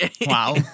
Wow